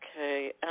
Okay